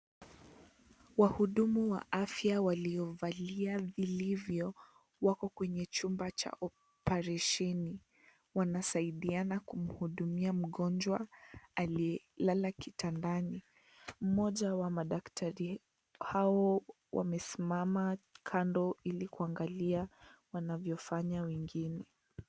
Wahudumu wa afya waliovalia vilivyo wako kwenye chumba cha opereshini, wanasaidiana kumhudumia mgonjwa aliyelala kitandani. Mmoja wa madaktari hao wamesimama kando ili kuangalia wanavyfanya wengine.